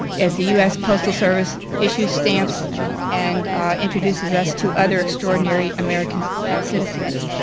as the u s. postal service issues stamps and introduces us to other extraordinary american citizens.